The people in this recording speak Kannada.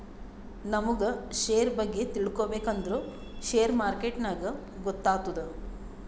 ನಮುಗ್ ಶೇರ್ ಬಗ್ಗೆ ತಿಳ್ಕೋಬೇಕ್ ಅಂದುರ್ ಶೇರ್ ಮಾರ್ಕೆಟ್ನಾಗೆ ಗೊತ್ತಾತ್ತುದ